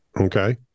okay